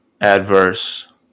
adverse